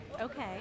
okay